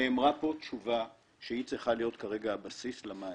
נאמרה פה תשובה שצריכה להיות כרגע הבסיס למענה.